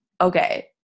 Okay